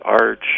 Arch